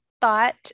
thought